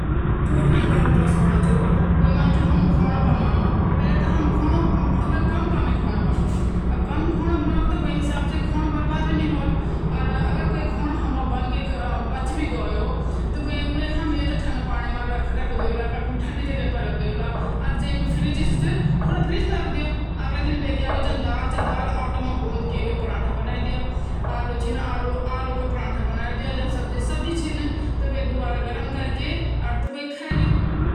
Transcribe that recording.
मि तव जानवरो माँ संगूर और गनहिल देखि की बहुत घिन ऑन, संगूर और सुँगुरो जो घीचु होन्दु वे ते देखि में बहुत ज्यादा घिन ौंडी जो गणेळ जो ची वो चिपको चिपको और कड कड वाली आवाज सुनते में बहुत घिन ौंडी |